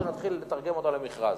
שנתחיל לתרגם אותה למכרז.